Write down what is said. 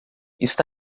está